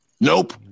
Nope